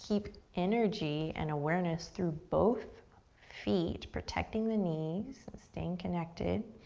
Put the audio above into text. keep energy and awareness through both feet, protecting the knees and staying connected.